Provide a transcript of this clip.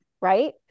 Right